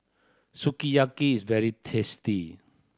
sukiyaki is very tasty